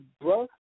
bro